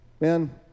man